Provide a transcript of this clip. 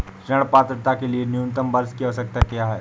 ऋण पात्रता के लिए न्यूनतम वर्ष की आवश्यकता क्या है?